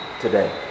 today